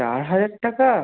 চার হাজার টাকা